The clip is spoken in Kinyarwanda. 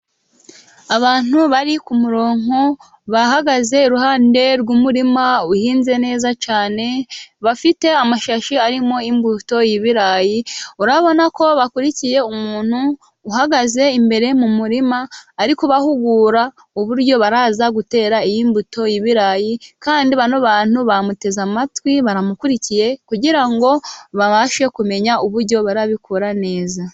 Abantu bari ku murongo bahagaze iruhande rw'umurima uhinze neza cyane, bafite amashashi arimo imbuto y'ibirayi, urabona ko bakurikiye umuntu uhagaze imbere mu muririma, ari kubahugura uburyo baraza gutera, iyi mbuto y'ibirayi kandi bano bantu bamuteze amatwi baramukurikiye, kugira ngo babashe kumenya uburyo barabikora neza.